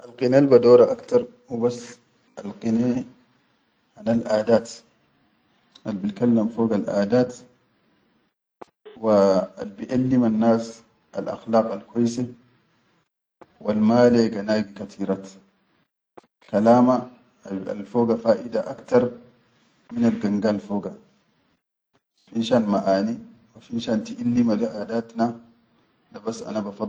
Alqine al badora aktar hubas alqine, hanal aadat, al bilkallam fogal aadat, wa al biallim annas al akhlaaq al kwaise wal male ganagi katiraat, kalama al foga faʼida aktar minal ganga alfoga, finshan maʼan, wa finshan tiʼillima le aadatna da bas.